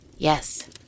Yes